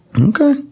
Okay